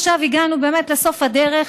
עכשיו הגענו באמת לסוף הדרך,